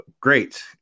great